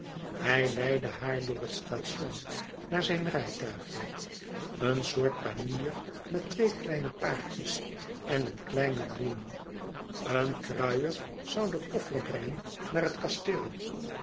hij leidde haar door het station naar zijn rijtuigje een soort panier met twee kleine paardjes en een kleinen groom een kruier zoû den koffer brengen naar het kasteel